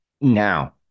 now